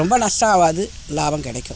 ரொம்ப நஷ்டம் ஆகாது லாபம் கிடைக்கும்